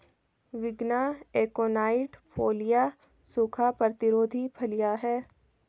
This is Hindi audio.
विग्ना एकोनाइट फोलिया सूखा प्रतिरोधी फलियां हैं